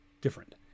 different